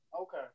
Okay